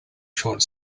short